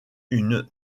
une